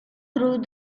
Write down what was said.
through